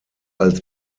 als